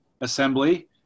assembly